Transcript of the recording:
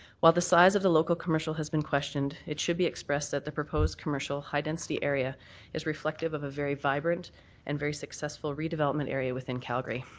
while the size of the local commercial has been questioned it should be expressed that the proposed commercial high density area is reflective of a very vibrant and successful redevelopment area within calgary.